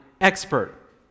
expert